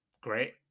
great